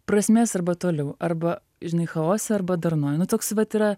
prasmės arba toliau arba žinai chaose arba darnoj nu toks vat yra